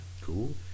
Cool